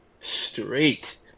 straight